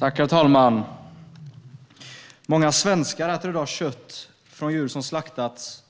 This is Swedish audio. Herr talman! Många svenskar äter i dag kött från djur som slaktats